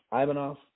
Ivanov